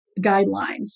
guidelines